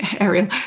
Ariel